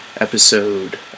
episode